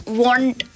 want